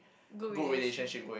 good relationship